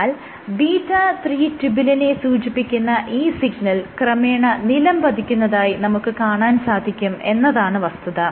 എന്നാൽ ബീറ്റ 3 ട്യൂബുലിനെ സൂചിപ്പിക്കുന്ന ഈ സിഗ്നൽ ക്രമേണ നിലംപതിക്കുന്നതായി നമുക്ക് കാണാൻ സാധിക്കും എന്നതാണ് വസ്തുത